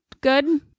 good